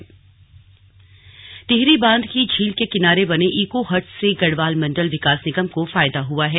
slug eco huts Tehri बांध की झील के किनारे बने ईको हट्स से गढ़वाल मंडल विकास निगम को फायदा हुआ है